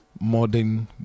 modern